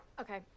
Okay